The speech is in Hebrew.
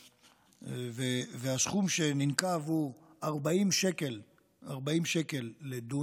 הסכום שננקב הוא 40 שקלים לדונם.